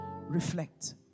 reflect